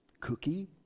Cookie